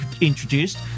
introduced